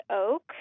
oak